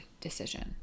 decision